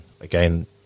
again